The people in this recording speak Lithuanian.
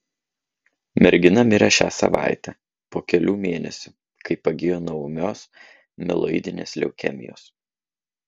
mergina mirė šią savaitę po kelių mėnesių kai pagijo nuo ūmios mieloidinės leukemijos